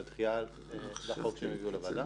על הדחייה של החוק שהם הביאו לוועדה.